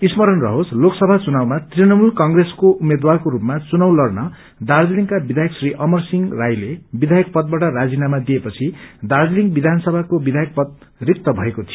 स्मरण रहोस लोकसभा चुनावमा तृणमूल कंग्रेसको उम्मेद्वारको रूपमा आज लड़न दार्जीलिङका विधायक श्री अमरसिंह राईले विधायक पदबाट राजीनामा दिएपछि दार्जीलिङ विधानसभाको विधायक पद रिक्त भएको थियो